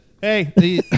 Hey